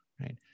right